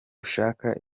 ushaka